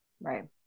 Right